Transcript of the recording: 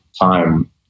time